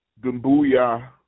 Gumbuya